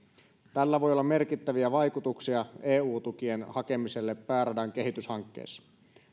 tällä voi olla merkittäviä vaikutuksia eu tukien hakemiselle pääradan kehityshankkeessa